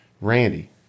Randy